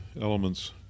elements